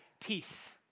peace